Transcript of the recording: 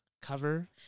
cover